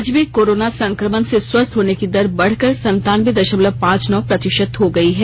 राज्य में कोरोना संक्रमण से स्वस्थ होने की दर बढ़कर सनतानबे दशमलव पांच नौ प्रतिशत हो गई है